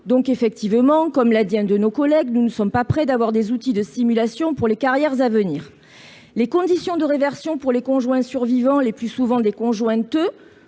très compliqué. » Comme l'a dit l'un de nos collègues, nous ne sommes pas près d'avoir des outils de simulation pour les carrières à venir ! Les conditions de réversion pour les conjoints survivants, qui sont le plus souvent des conjointes,